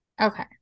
Okay